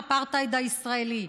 "האפרטהייד הישראלי".